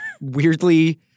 weirdly